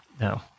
no